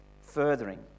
furthering